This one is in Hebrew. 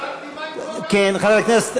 שאלתי: מה עם חוק המישוש?